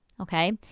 Okay